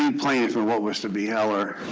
and planned for what was to be our